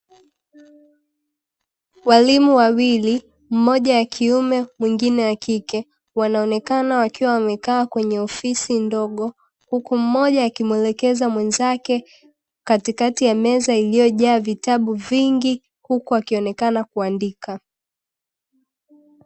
Walimu wawili mmoja wa kiume mwingine wa kike wanaonekana wakiwa wamekaa kwenye ofisi ndogo, huku mmoja akimwelekeza mwenzake katikati ya meza iliyojaa vitabu vingi huku akionekana kuandika.